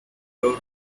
door